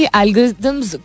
algorithms